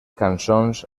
cançons